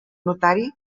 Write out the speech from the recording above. notari